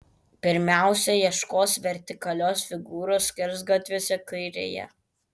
pirmiausia ieškos vertikalios figūros skersgatviuose kairėje